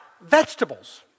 vegetables